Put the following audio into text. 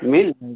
मिल